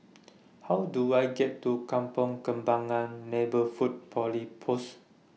How Do I get to Kampong Kembangan Neighbourhood Police Post